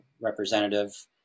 representative